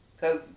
cause